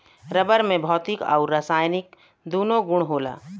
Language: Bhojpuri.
रबर में भौतिक आउर रासायनिक दून्नो गुण होला